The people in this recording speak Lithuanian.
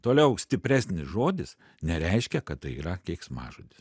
toliau stipresnis žodis nereiškia kad tai yra keiksmažodis